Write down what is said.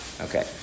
okay